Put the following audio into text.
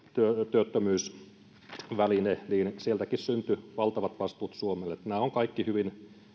työttömyysväline niin sieltäkin syntyi valtavat vastuut suomelle nämä ovat kaikki hyvin